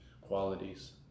qualities